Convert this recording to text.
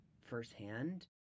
firsthand